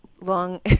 long